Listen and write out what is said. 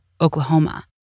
Oklahoma